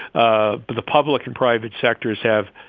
ah the public and private sectors have,